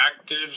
active